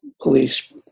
police